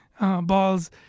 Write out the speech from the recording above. balls